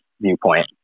viewpoint